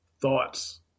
thoughts